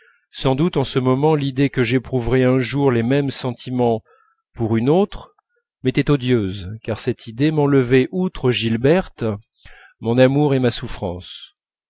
sans doute en ce moment l'idée que j'éprouverais un jour les mêmes sentiments pour une autre m'était odieuse car cette idée m'enlevait outre gilberte mon amour et ma souffrance